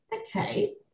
Okay